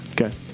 Okay